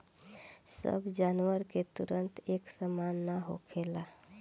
सब जानवर के तंतु एक सामान ना होखेला